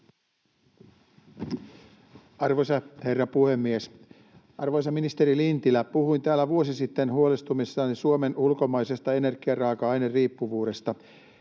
Arvoisa herra puhemies! Arvoisa ministeri Lintilä, puhuin täällä vuosi sitten huolestumisestani Suomen ulkomaisesta energiaraaka-aineriippuvuudesta